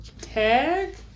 tag